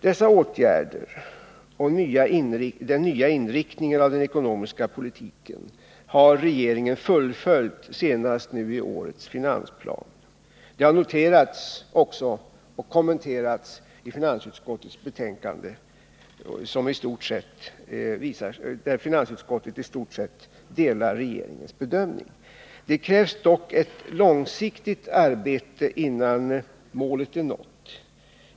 Dessa åtgärder och den nya inriktningen av den ekonomiska politiken har regeringen fullföljt, senast nu i årets finansplan. Det har också noterats och kommenterats i finansutskottets betänkande, där finansutskottet i stort sett delar regeringens bedömning. Det krävs dock ett långsiktigt arbete innan målet är nått.